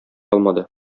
алмады